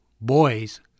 boys